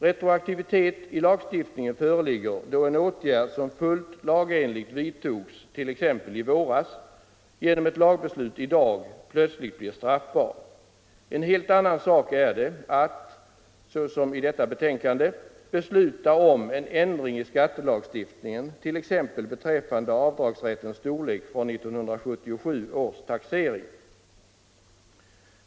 Retroaktivitet i lagstiftningen föreligger då en åtgärd, som fullt lagenligt vidtogs t.ex. i våras, genom ett lagbeslut i dag plötsligt blir straffbar. En helt annan sak är det att — såsom föreslås i detta betänkande — besluta om en ändring i skattelagstiftningen, t.ex. beträffande avdragsrättens storlek vid 1977 års taxering.